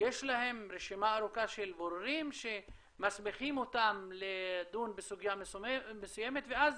יש להם רשימה ארוכה של בוררים שמסמיכים אותם לדון בסוגיה מסוימת ואז